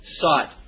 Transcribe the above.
sought